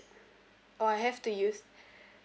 or I have to use